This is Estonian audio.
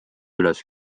üles